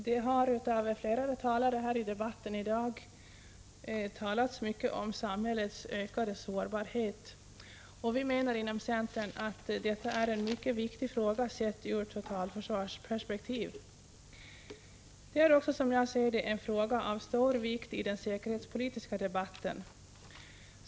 Herr talman! Det har av flera talare i debatten i dag talats mycket om samhällets ökade sårbarhet. Vi inom centern menar att detta är en mycket viktig fråga sett ur totalförsvarsperspektiv. Det är också som jag ser det en fråga av stor vikt i den säkerhetspolitiska debatten.